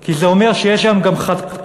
כי זה אומר שיש גם נחשים,